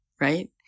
Right